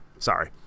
Sorry